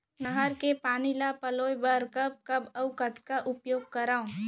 नहर के पानी ल पलोय बर कब कब अऊ कतका उपयोग करंव?